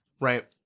right